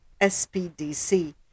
SPDC